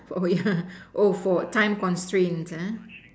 sorry ah for time constraints ah